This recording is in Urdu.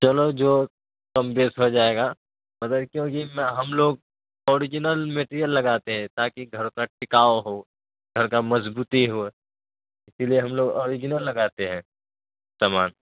چلو جو کم بیش ہو جائے گا مگر کیونکہ میں ہم لوگ اوریجنل میٹیریل لگاتے ہیں تاکہ گھر کا ٹکاؤ ہو گھر کا مضبوطی ہو اسی لیے ہم لوگ اوریجنل لگاتے ہیں سامان